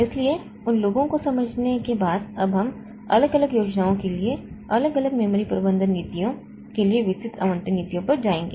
इसलिए उन लोगों को समझने के बाद अब हम अलग अलग योजनाओं के लिए अलग अलग मेमोरी प्रबंधन नीतियों के लिए विस्तृत आवंटन नीतियों पर जाएंगे